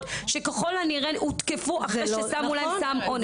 שככל הנראה הותקפו אחרי ששמו להן סם אונס.